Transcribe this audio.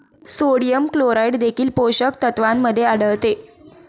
sodium chloride देखील पोषक तत्वांमध्ये आढळते